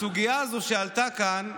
הסוגיה הזאת שעלתה כאן,